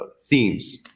themes